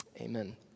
amen